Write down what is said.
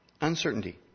Uncertainty